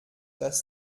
das